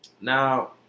now